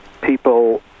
people